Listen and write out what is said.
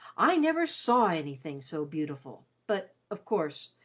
i never saw anything so beautiful but, of course,